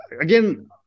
Again